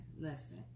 listen